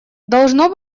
должно